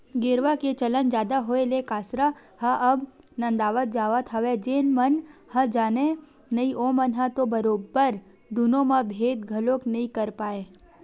गेरवा के चलन जादा होय ले कांसरा ह अब नंदावत जावत हवय जेन मन ह जानय नइ ओमन ह तो बरोबर दुनो म भेंद घलोक नइ कर पाय